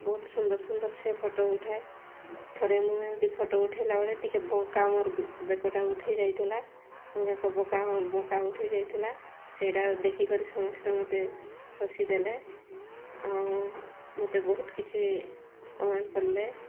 ବହୁତ ସୁନ୍ଦର ସୁନ୍ଦର ସେ ଫଟୋ ଉଠାଏ ଥରେ ମୁଁ ଏମିତି ଫଟୋ ଉଠାଇଲା ବେଳେ ଟିକେ ବଙ୍କା ମୋର ବେକଟା ଉଠିଯାଇଥିଲା ମୋ ବେକ ବଙ୍କା ଉଠିଯାଇଥିଲା ସେଇଟା ଦେଖିକରି ସମସ୍ତେ ମୋତେ ହସିଦେଲେ ଆଉ ମୋତେ ବହୁତ କିଛି କମେଣ୍ଟ କଲେ